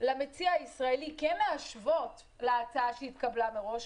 למציע הישראלי כן להשוות להצעה שהתקבלה מראש,